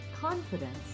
Confidence